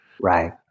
Right